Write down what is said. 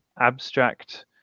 abstract